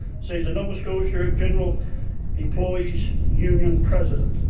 says the nova scotia general employees union president.